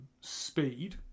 speed